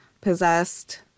possessed